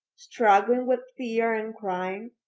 struggling with fear and crying,